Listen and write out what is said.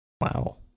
Wow